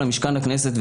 למשכן הכנסת,